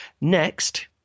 Next